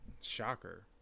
Shocker